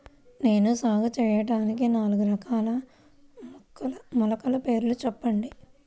నేను సాగు చేయటానికి నాలుగు రకాల మొలకల పేర్లు చెప్పండి?